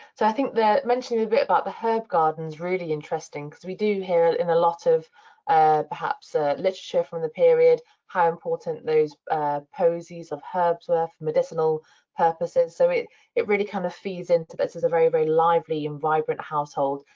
so i think mentioning a bit about the herb garden's really interesting cause we do hear it in a lot of perhaps ah literature from the period how important those posies of herbs were for medicinal purposes. so it it really kind of feeds into this is a very, very lively and vibrant household,